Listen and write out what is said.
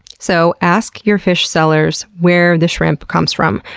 so ask your fish sellers where the shrimp comes from.